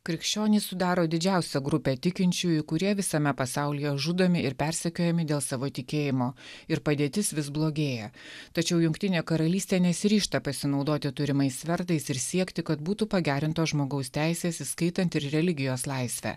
krikščionys sudaro didžiausią grupę tikinčiųjų kurie visame pasaulyje žudomi ir persekiojami dėl savo tikėjimo ir padėtis vis blogėja tačiau jungtinė karalystė nesiryžta pasinaudoti turimais svertais ir siekti kad būtų pagerintos žmogaus teisės įskaitant ir religijos laisvę